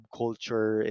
culture